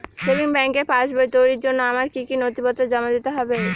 Savings ব্যাংকের পাসবই তৈরির জন্য আমার কি কি নথিপত্র জমা দিতে হবে?